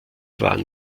waren